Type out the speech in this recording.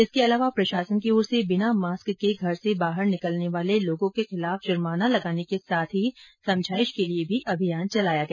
इसके अलावा प्रशासन की ओर से बिना मास्क के घर से बाहर निकलने वाले लोगों के खिलाफ जुर्माना लगाने के साथ समझाइश के लिए भी अभियान चलाया गया